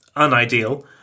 unideal